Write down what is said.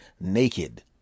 naked